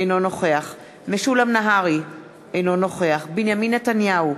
אינו נוכח משולם נהרי, אינו נוכח בנימין נתניהו,